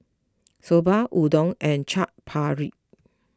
Soba Udon and Chaat Papri